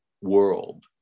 world